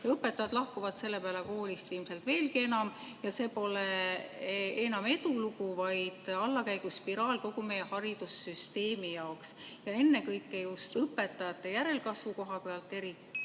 Õpetajad lahkuvad selle peale koolist ilmselt veelgi enam ja see pole enam edulugu, vaid allakäiguspiraal kogu meie haridussüsteemi jaoks ja ennekõike just õpetajate järelkasvu koha pealt.